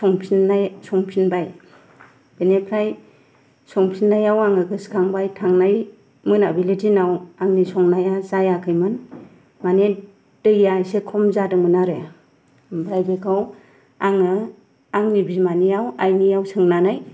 संफिननाय संफिनबाय बेनिफ्राय संफिननाया व आङो गोसोखांबाय थांनाय मोनाबिलि दिनाव आंनि संनाया जायाखैमोन माने दैया इसे खम जादोंमोन आरो ओमफ्राय बेखौ आङो आंनि बिमानियाव आइनियाव सोंनानै